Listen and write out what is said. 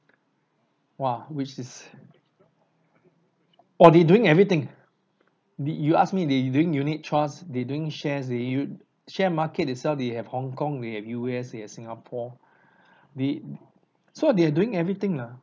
!wah! which is oh they doing everything they if you ask me they doing unit trust they doing shares they doing share market itself they have hongkong they have U_S they have singapore they so they are doing everything lah